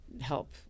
help